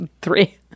three